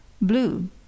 Blue